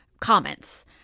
comments